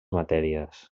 matèries